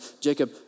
Jacob